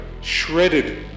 shredded